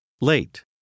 late